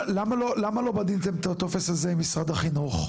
למה לא בניתם את הטופס הזה עם משרד החינוך?